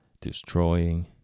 destroying